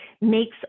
makes